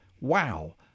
Wow